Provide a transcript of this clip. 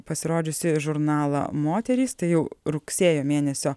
pasirodžiusį žurnalą moterys tai jau rugsėjo mėnesio